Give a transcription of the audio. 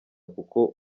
kuko